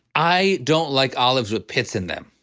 i don't like olives with pits in them.